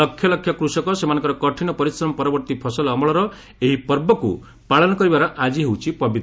ଲକ୍ଷ ଲକ୍ଷ କୃଷକ ସେମାନଙ୍କର କଠିନ ପରିଶ୍ରମ ପରବର୍ତ୍ତୀ ଫସଲ ଅମଳର ଏହି ପର୍ବକୁ ପାଳନ କରିବାର ଆକି ହେଉଛି ପବିତ୍ର ଅବସର